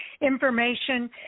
information